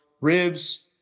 ribs